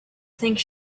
think